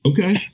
Okay